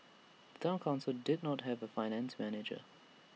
Town Council did not have A finance manager